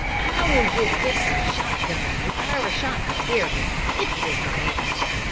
i will just get my shot gun and fire a shot to scare him, if he does not answer.